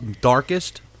darkest